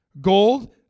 Gold